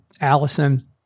Allison